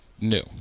new